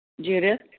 Judith